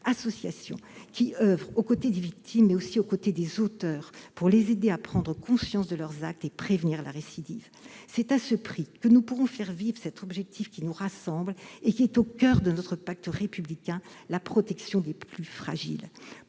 -qui oeuvrent aux côtés des victimes, mais aussi aux côtés des auteurs pour aider ceux-ci à prendre conscience de leurs actes et prévenir la récidive. C'est à ce prix que nous pourrons faire vivre cet objectif qui nous rassemble et qui est au coeur de notre pacte républicain : la protection des plus fragiles.